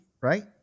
right